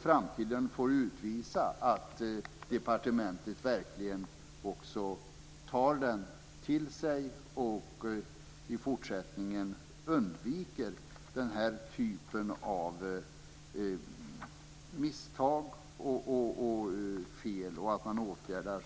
Framtiden får utvisa att departementet verkligen tar kritiken till sig och i fortsättningen undviker den typen av misstag och fel och att bristerna åtgärdas